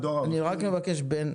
אני מבקש לא לחזור על דברים שנאמרו.